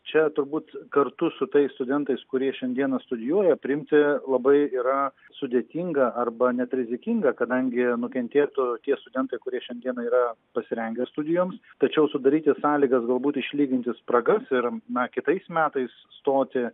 čia turbūt kartu su tais studentais kurie šiandieną studijuoja priimti labai yra sudėtinga arba net rizikinga kadangi nukentėtų tie studentai kurie šiandiena yra pasirengę studijoms tačiau sudaryti sąlygas galbūt išlyginti spragas ir na kitais metais stoti